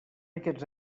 aquests